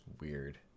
Weird